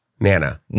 Nana